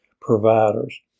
providers